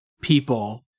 people